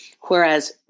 Whereas